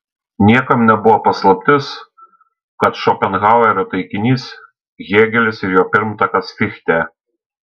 niekam nebuvo paslaptis kad šopenhauerio taikinys hėgelis ir jo pirmtakas fichtė